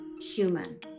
human